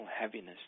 heaviness